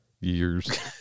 years